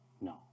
No